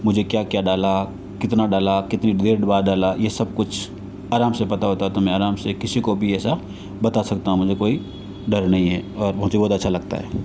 मुझे क्या क्या डाला कितना डाला कितनी देर बाद डाला ये सब कुछ आराम से पता होता है तो मैंने आराम से किसी को भी ऐसा बता सकता हूँ मुझे कोई डर नहीं है और मुझे बहुत अच्छा लगता है